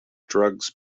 drugs